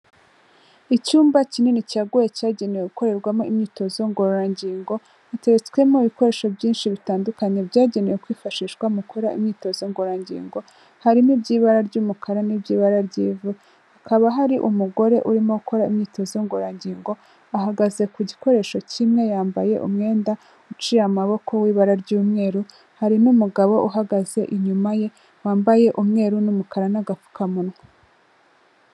Icyumba kinini cyaguye cyagenewe gukorerwamo imyitozo ngororangingo, itetswemo ibikoresho byinshi bitandukanye byagenewe kwifashishwa mu gukora imyitozo ngororangingo, harimo iby'ibara ry'umukara n'iby'ibara ry'ivu, hakaba hari umugore urimo akora imyitozo ngororangingo, ahagaze ku gikoresho kimwe yambaye umwenda uciye amaboko w'ibara ry'umweru, hari n'umugabo uhagaze inyuma ye wambaye umweru n'umukara n'agapfukamunwa.